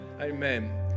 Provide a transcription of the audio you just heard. Amen